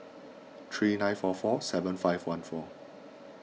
three nine four four seven five one four